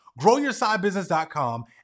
GrowYourSideBusiness.com